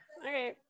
Okay